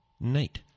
night